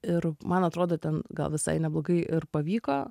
ir man atrodo ten gal visai neblogai ir pavyko